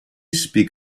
speak